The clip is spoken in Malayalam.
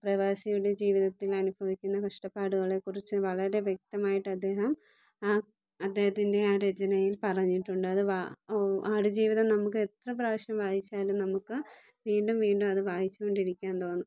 പ്രവാസിയുടെ ജീവിതത്തിൽ അനുഭവിക്കുന്ന കഷ്ടപ്പാടുകളെക്കുറിച്ച് വളരെ വ്യക്തമായിട്ട് അദ്ദേഹം ആ അദ്ദേഹത്തിൻ്റെ ആ രചനയിൽ പറഞ്ഞിട്ടുണ്ട് അത് വാ ആട് ജീവിതം നമുക്ക് എത്ര പ്രാവശ്യം വായിച്ചാലും നമുക്ക് വീണ്ടും വീണ്ടും അത് വായിച്ചുകൊണ്ടിരിക്കാൻ തോന്നും